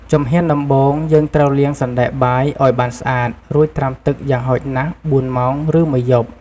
ជំហានដំបូង យើងត្រូវលាងសណ្ដែកបាយឲ្យបានស្អាត រួចត្រាំទឹកយ៉ាងហោចណាស់៤ ម៉ោង ឬមួយយប់។